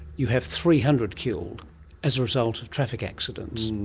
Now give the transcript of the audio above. you have three hundred killed as a result of traffic accidents.